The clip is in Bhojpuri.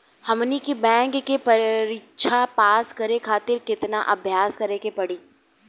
हमनी के बैंक के परीक्षा पास करे खातिर केतना अभ्यास करे के पड़ी?